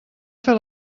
fer